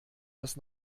das